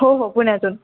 हो हो पुण्यातून